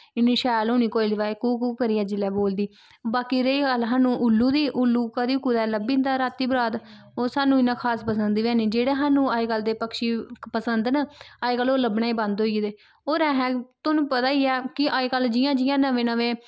इन्नी शैल होनी कोयल दी अवाज कू कू करियै जिसलै बोलदी बाकी रेही गल्ल स्हानू उल्लू दी कदी कुतै लब्भी जंदा राती बरात ओह् स्हानू इन्ना खास पसंद बी हैनी जेह्ड़े सानू अजकल्ल दे पक्षी पसंद न अजकल्ल ओह् लब्भना ही बंद होई गेदे और असै थोहानू पता ही ऐ कि अजकल्ल जियां जियां नवें नवें